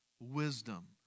Wisdom